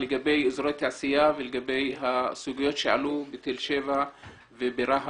לגבי אזורי תעשייה ולגבי הסוגיות שעלו בתל שבע וברהט.